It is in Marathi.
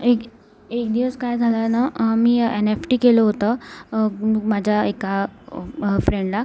एक एक दिवस काय झालं ना आम्ही एन एफ टी केलं होतं माझ्या एका फ्रेंडला